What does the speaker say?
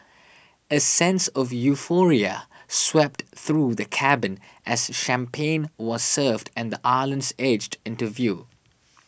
a sense of euphoria swept through the cabin as champagne was served and the edged into view